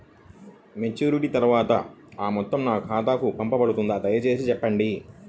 Maturity తర్వాత ఆ మొత్తం నా ఖాతాకు పంపబడుతుందా? దయచేసి చెప్పండి?